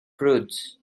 prudes